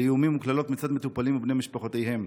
לאיומים וקללות מצד מטופלים ובני משפחותיהם.